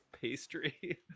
pastry